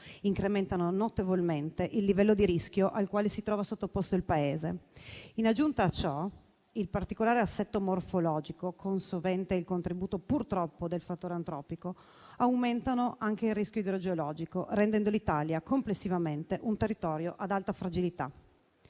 incrementano notevolmente il livello di rischio al quale si trova sottoposto il Paese. In aggiunta a ciò, il particolare assetto morfologico, con sovente il contributo purtroppo del fattore antropico, aumenta anche il rischio idrogeologico, rendendo l'Italia complessivamente un territorio ad alta fragilità.